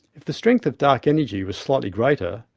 if the strength of dark energy was slightly greater,